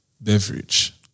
beverage